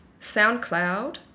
SoundCloud